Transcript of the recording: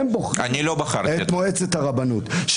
הם בוחרים את מועצת הרבנות -- אני לא בחרתי.